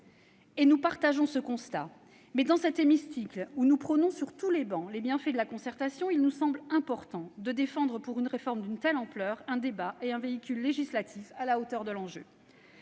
nous partageons ce constat. Mais dans cet hémicycle où nous prônons sur toutes les travées, les bienfaits de la concertation, il nous semble important de défendre, pour une réforme d'une telle ampleur, un débat et un véhicule législatifs à la hauteur de l'enjeu.